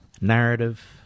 narrative